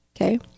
Okay